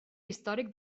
històric